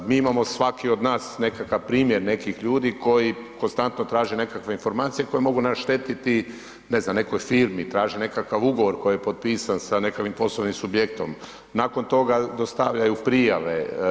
Mi imamo, svaki od nas nekakav primjer nekih ljudi koji konstantno traže nekakve informacije koje mogu naštetiti ne znam, nekoj firmi, traže nekakav ugovor koji je potpisan sa nekakvim poslovnim subjektom, nakon toga dostavljaju prijave.